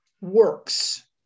works